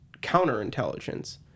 counterintelligence